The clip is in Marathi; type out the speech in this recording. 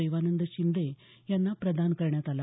देवानंद शिंदे यांना प्रदान करण्यात आला